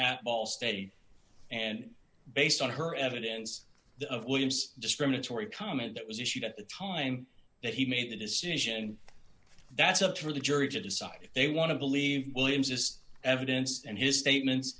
at ball state and based on her evidence the of williams discriminatory comment that was issued at the time that he made the decision that's up to the jury to decide if they want to believe williams is evidence and his statements